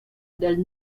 del